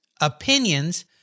opinions